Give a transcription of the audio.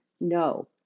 No